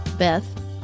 Beth